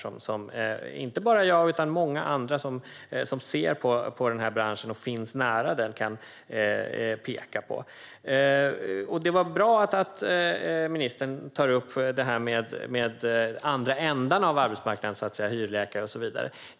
Det är inte bara jag utan många andra som ser på den här branschen och finns nära den som kan peka på det. Det är bra att ministern tar upp den andra änden av arbetsmarknaden, hyrläkare och så vidare.